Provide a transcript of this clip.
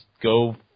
go